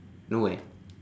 nowhere